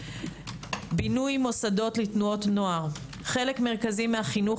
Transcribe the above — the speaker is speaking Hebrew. בינוי מוסדות לתנועות נוער: חלק מרכזי מהחינוך